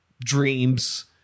dreams